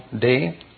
day